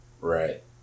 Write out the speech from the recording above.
Right